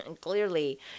Clearly